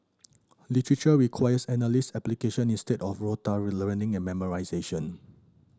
literature requires analysis and application instead of learning and memorisation